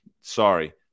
Sorry